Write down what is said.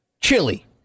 Chili